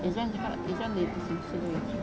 izuan cakap izuan dekat